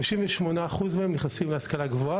כ-58% אחוז מהאנשים האלו נכנסים להשכלה גבוהה,